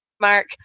Mark